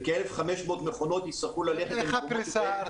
וכ-1,500 מכונות יצטרכו ללכת למקומות שבהם --- איך הפריסה הארצית?